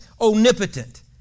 omnipotent